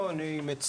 לא, אני מצטרף